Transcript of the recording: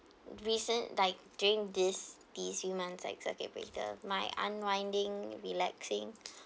recent like during these these few months like circuit breaker my unwinding relaxing